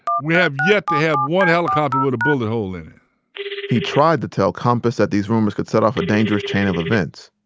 we have yet to have one helicopter with a bullet hole in it he tried to tell compass that these rumors could set off a dangerous chain of events.